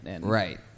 Right